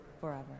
forever